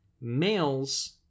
males